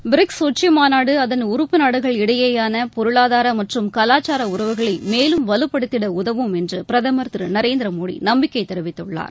BRICS உச்சிமாநாடு அதன் உறுப்பு நாடுகள் இடையேயான பொருளாதார மற்றும் கலாச்சார உறவுகளை மேலும் வலுப்படுத்திட உதவும் என்று பிரதமர் திரு நரேந்திர மோடி நம்பிக்கை தெரிவித்துள்ளார்